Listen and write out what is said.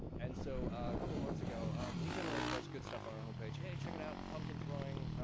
and so, a couple of months ago we generally post good stuff on our home page. hey, check it out pumpkin throwing,